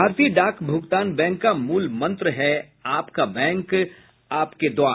भारतीय डाक भुगतान बैंक का मूल मंत्र है आपका बैंक आपके द्वार